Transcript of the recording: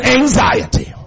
anxiety